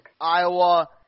Iowa